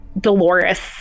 Dolores